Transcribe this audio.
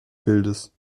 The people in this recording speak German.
bildes